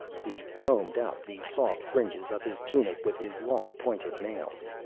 he combed out the soft fringes of his tunic with his long pointed nails.